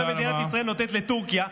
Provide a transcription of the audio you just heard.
מה מדינת ישראל נותנת לטורקיה,